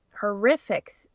horrific